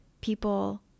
people